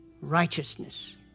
righteousness